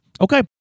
Okay